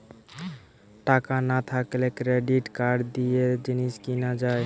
টাকা না থাকলে ক্রেডিট কার্ড দিয়ে জিনিস কিনা যায়